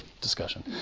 discussion